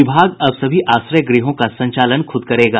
विभाग अब सभी आश्रय गृहों का संचालन खुद करेगा